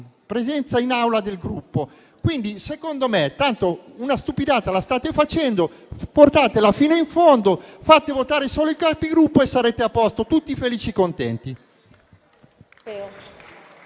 presenza in Aula del Gruppo. Tanto una stupidata già la state facendo: portatela fino in fondo, fate votare solo i Capigruppo e sarete a posto, tutti felici e contenti.